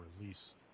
release